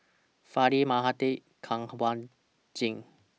Fali Mahade Kanwaljit